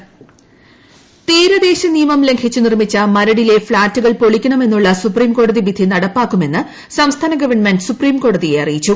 Maradu flat തീരദേശ നിയമം ലംഘിച്ച് നിർമ്മിച്ച മരടിലെ ഫ്ളാറ്റുകൾ പൊളിക്കണമെന്നുള്ള സൂപ്രീംകോടതി വിധി നടപ്പാക്കുമെന്ന് സംസ്ഥാന ഗവൺമെന്റ് സുപ്രീംകോടതിയെ അറിയിച്ചു